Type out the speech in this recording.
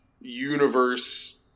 universe